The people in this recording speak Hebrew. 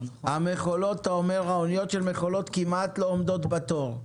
אתה אומר שהאוניות של מכולות כמעט לא עומדות בתור.